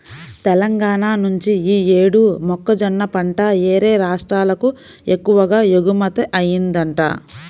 తెలంగాణా నుంచి యీ యేడు మొక్కజొన్న పంట యేరే రాష్ట్రాలకు ఎక్కువగా ఎగుమతయ్యిందంట